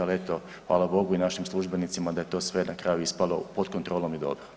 Ali eto hvala Bogu i našim službenicima da je to sve na kraju ispalo pod kontrolom i dobro.